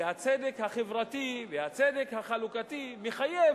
והצדק החברתי והצדק החלוקתי מחייב,